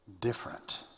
different